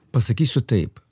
pasakysiu taip